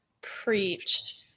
Preach